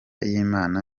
y’imana